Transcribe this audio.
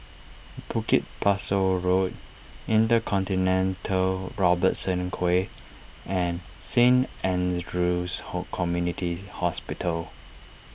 Bukit Pasoh Road Intercontinental Robertson Quay and Saint andrew's hope Community Hospital